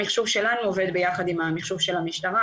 המחשוב שלנו עובד יחד עם המחשוב של המשטרה,